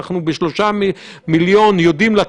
אני חושב שבזה ניתנת לישומון האזרחי אופרטיביות מאוד מאוד משמעותית.